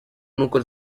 n’uko